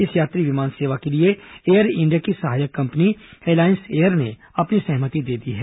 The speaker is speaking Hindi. इस यात्री विमान सेवा के ॅलिए एयर इंडिया की सहायक कंपनी एलायंस एयर ने अपनी सहमति दे दी है